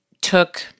took